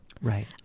Right